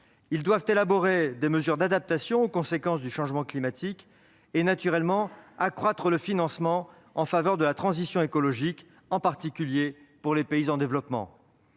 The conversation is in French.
Ils doivent élaborer des mesures d'adaptation aux conséquences du changement climatique, et naturellement accroître le financement en faveur de la transition écologique. Cela vaut en particulier pour les pays en développement.